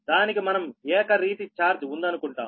దానికి మనం ఏకరీతి ఛార్జ్ ఉందనుకుంటాము